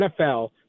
NFL